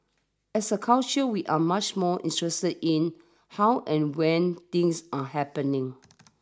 as a culture we are much more interested in how and when things are happening